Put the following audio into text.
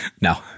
No